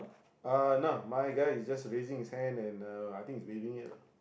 uh no my guy is just raising his hand and uh I think is waving it lah